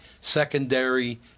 secondary